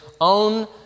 own